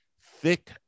thick